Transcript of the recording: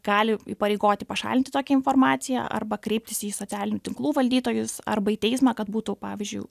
gali įpareigoti pašalinti tokią informaciją arba kreiptis į socialinių tinklų valdytojus arba į teismą kad būtų pavyzdžiui